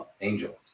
angel